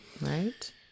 Right